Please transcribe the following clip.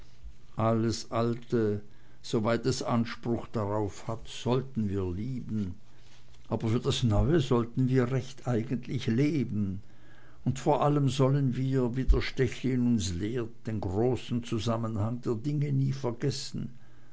alles alte soweit es anspruch darauf hat sollen wir lieben aber für das neue sollen wir recht eigentlich leben und vor allem sollen wir wie der stechlin uns lehrt den großen zusammenhang der dinge nie vergessen